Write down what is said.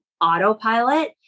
autopilot